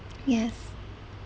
yes